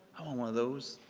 i want one of those!